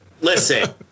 listen